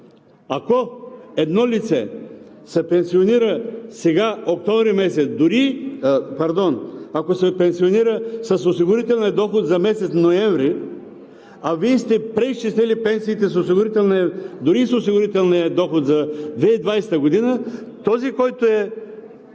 Ако едно лице се пенсионира сега с осигурителния доход за месец ноември, а Вие сте преизчислили пенсиите дори с осигурителния доход за 2020 г., този, който е